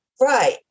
Right